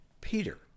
Peter